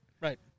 Right